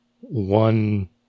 one